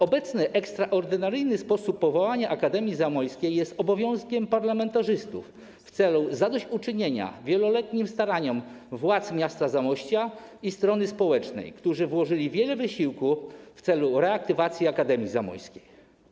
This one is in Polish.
Obecny ekstraordynaryjny sposób powołania Akademii Zamojskiej jest obowiązkiem parlamentarzystów w celu zadośćuczynienia wieloletnim staraniom władz miasta Zamościa i przedstawicieli strony społecznej, którzy włożyli wiele wysiłku w proces reaktywacji Akademii Zamojskiej.